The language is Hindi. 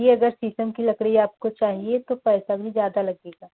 देखिए अगर शीशम की लकड़ी आपको चाहिए तो पैसा भी ज़्यादा लगेगा